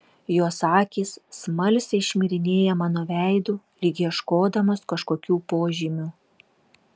jos akys smalsiai šmirinėja mano veidu lyg ieškodamos kažkokių požymių